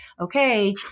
okay